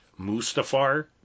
mustafar